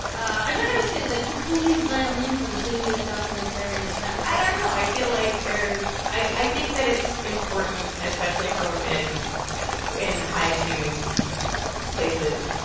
i'm not going to sit like, the tiniest violin for the busiest documentarian in town. but. i don't know. i feel like there is i i think that it's important, especially for women in high-achieving places,